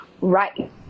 right